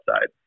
side